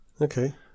Okay